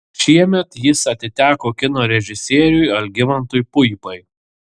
šiemet jis atiteko kino režisieriui algimantui puipai